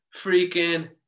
freaking